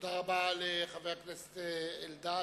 תודה רבה לחבר הכנסת אלדד.